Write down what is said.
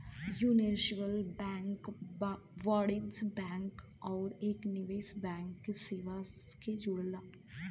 universal bank वाणिज्यिक bank आउर एक निवेश बैंक की सेवा के जोड़ला